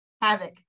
havoc